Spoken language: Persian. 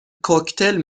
کوکتل